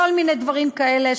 כל מיני דברים כאלה,